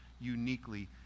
uniquely